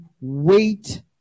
wait